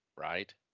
Right